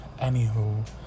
Anywho